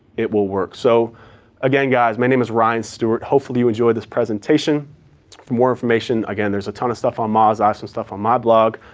it will work. so again guys, my name is ryan stewart. hopefully you enjoyed this presentation. for more information, again there's a ton of stuff on moz. i have some stuff on my blog.